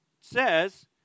says